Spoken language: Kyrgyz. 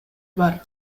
бар